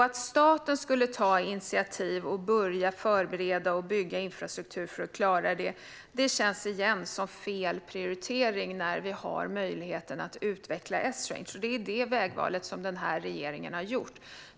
Att staten skulle ta initiativ och börja förbereda och bygga infrastruktur för att klara det känns, återigen, som fel prioritering när vi har möjligheten att utveckla Esrange. Det är det vägval den här regeringen har gjort.